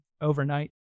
overnight